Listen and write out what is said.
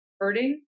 hurting